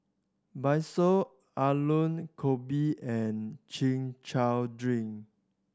Bakso Aloo Gobi and Chin Chow drink